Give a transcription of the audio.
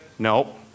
Nope